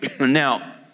Now